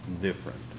different